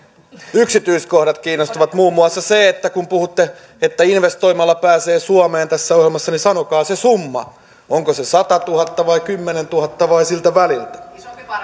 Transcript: yksityiskohdat kiinnostavat muun muassa kun puhutte että investoimalla pääsee suomeen tässä ohjelmassa niin sanokaa se summa onko se satatuhatta vai kymmenentuhatta vai siltä väliltä